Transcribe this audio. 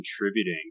contributing